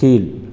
கீழ்